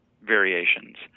variations